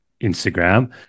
Instagram